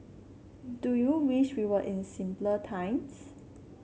do you wish we were in simpler times